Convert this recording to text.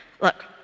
Look